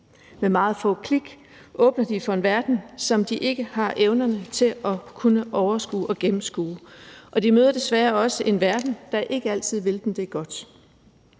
Med meget få klik åbner de for en verden, som de ikke har evnerne til at overskue og gennemskue, og de møder desværre også en verden, der er ikke altid vil dem det godt.